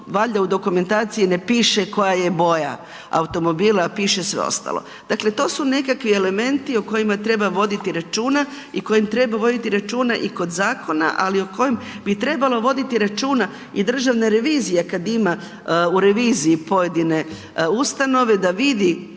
valjda u dokumentaciji ne piše koja je boja automobila, piše sve ostalo. Dakle to su nekakvi elementi o kojima treba voditi računa i o kojim treba voditi račun i kod zakona ali o kojem bi trebalo voditi računa i Državna revizija kad ima u reviziji pojedine ustanove da vidi